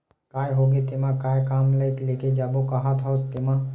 काय होगे तेमा काय काम ल लेके जाबो काहत हस तेंमा?